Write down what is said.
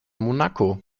monaco